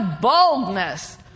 boldness